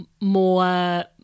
more